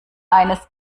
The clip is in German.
eines